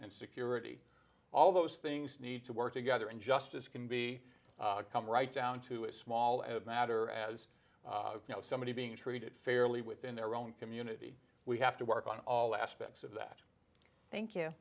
and security all those things need to work together and justice can be come right down to a small matter as you know somebody being treated fairly within their own community we have to work on all aspects of that thank you